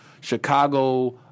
Chicago